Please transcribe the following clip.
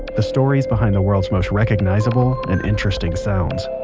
the stories behind the world's most recognizable and interesting sounds.